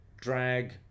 drag